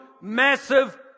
massive